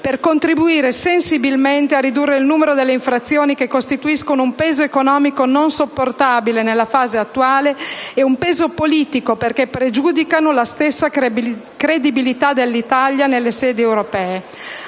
per contribuire sensibilmente a ridurre il numero delle infrazioni, che costituiscono un peso economico non sopportabile nella fase attuale e un peso politico perché pregiudicano la stessa credibilità dell'Italia nelle sedi europee.